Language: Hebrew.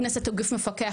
הכנסת היא גוף מפקח,